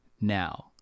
now